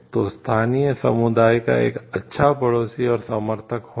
तो स्थानीय समुदाय का एक अच्छा पड़ोसी और समर्थक होना